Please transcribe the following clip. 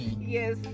Yes